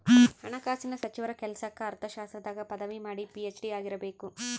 ಹಣಕಾಸಿನ ಸಚಿವರ ಕೆಲ್ಸಕ್ಕ ಅರ್ಥಶಾಸ್ತ್ರದಾಗ ಪದವಿ ಮಾಡಿ ಪಿ.ಹೆಚ್.ಡಿ ಆಗಿರಬೇಕು